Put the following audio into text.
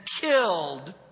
killed